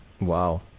Wow